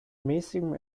mäßigem